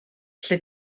lle